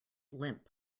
limp